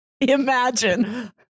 imagine